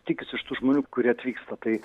tikisi iš tų žmonių kurie atvyksta tai